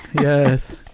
Yes